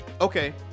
okay